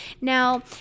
now